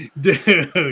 dude